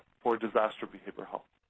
for disaster behavioral health.